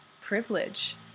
privilege